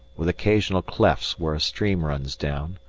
with occasional clefts where a stream runs down.